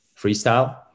freestyle